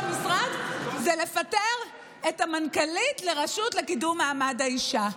במשרד זה לפטר את המנכ"לית לרשות לקידום מעמד האישה.